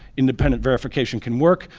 independent verification can work,